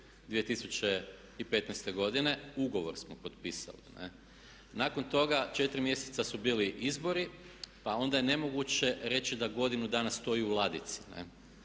8.7.2015. godine, ugovor smo potpisali. Nakon toga 4 mjeseca su bili izbori pa onda je nemoguće reći da godinu dana stoji u ladici.